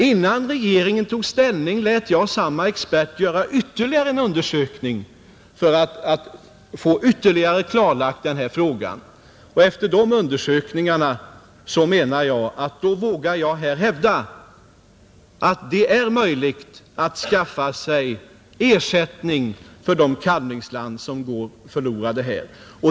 Innan regeringen tog ställning lät jag samme expert göra ytterligare en undersökning för att få denna fråga ytterligare klarlagd. Och efter de undersökningarna vågar jag hävda att det är möjligt att skaffa ersättning för de kalvningsland som går förlorade.